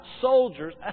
soldiers